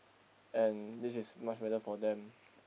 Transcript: and this is much better for them